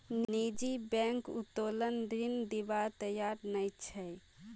निजी बैंक उत्तोलन ऋण दिबार तैयार नइ छेक